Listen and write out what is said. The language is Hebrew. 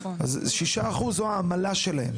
אז 6% זו העמלה שלהן.